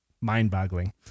mind-boggling